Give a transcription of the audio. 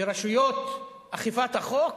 ורשויות אכיפת החוק